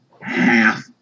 half